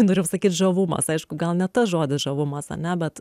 norėjau sakyt žavumas aišku gal ne tas žodis žavumas ane bet